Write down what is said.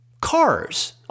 cars